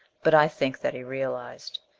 but i think that he realized.